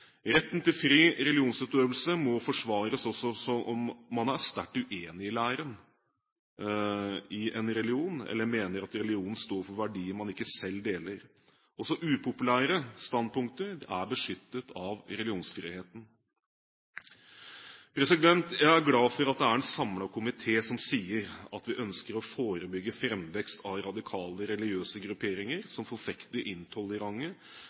Retten til fri religionsutøvelse må forsvares også om man er sterkt uenig i læren i en religion, eller mener at religionen står for verdier man ikke selv deler. Også upopulære standpunkter er beskyttet av religionsfriheten. Jeg er glad for at det er en samlet komité som sier at vi ønsker å forebygge framvekst av radikale religiøse grupperinger som forfekter intolerante